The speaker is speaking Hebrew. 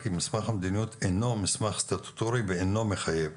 כי מסמך המדיניות אינו מסמך סטטוטורי ואינו מחייב.